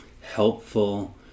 helpful